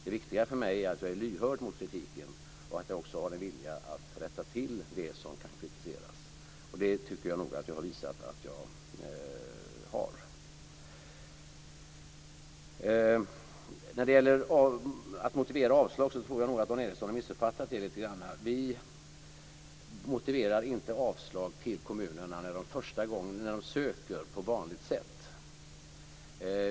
Det viktiga för mig är att jag är lyhörd för kritiken och att jag också har en vilja att rätta till det som kan kritiseras. Och det tycker jag nog att jag har visat att jag har. När det gäller frågan om att motivera avslag tror jag nog att Dan Ericsson har missuppfattat det lite grann. Vi motiverar inte avslag till kommunerna när de söker på vanligt sätt.